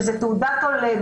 שזה תעודת עולה,